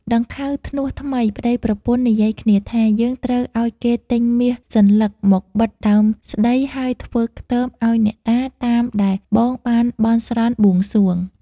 ដង្ខៅធ្នស់ថ្មី (ប្តីប្រពន្ធ) និយាយគ្នាថា "យើងត្រូវឲ្យគេទិញមាសសន្លឹកមកបិទដើមស្ដី ហើយធ្វើខ្ទមឲ្យអ្នកតា តាមដែលបងបានបន់ស្រន់បួងសួង” ។